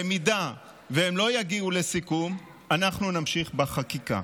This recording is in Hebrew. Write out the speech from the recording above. במידה והם לא יגיעו לסיכום, אנחנו נמשיך בחקיקה.